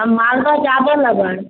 हम मालदह ज्यादे लेबै